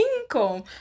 income